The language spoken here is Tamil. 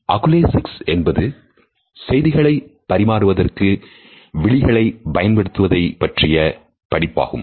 அக்குலேசிக்ஸ் என்பது செய்திகளை பரிமாறுவதற்கு விழிகளை பயன்படுத்துவதை பற்றிய படிப்பாகும்